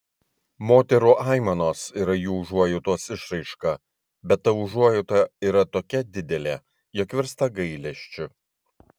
moterų aimanos yra jų užuojautos išraiška bet ta užuojauta yra tokia didelė jog virsta gailesčiu